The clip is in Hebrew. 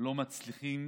לא מצליחות